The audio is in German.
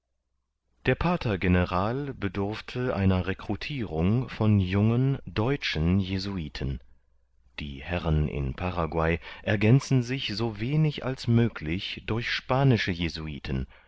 der pater general bedurfte einer recrutirung von jungen deutschen jesuiten die herren in paraguay ergänzen sich so wenig als möglich durch spanische jesuiten